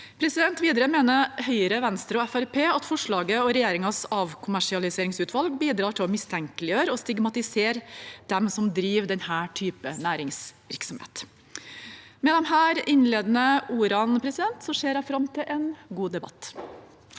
Høyre, Venstre og Fremskrittspartiet at forslaget og regjeringens avkommersialiseringsutvalg bidrar til å mistenkeliggjøre og stigmatisere dem som driver denne typen næringsvirksomhet. Med disse innledende ordene ser jeg fram til en god debatt.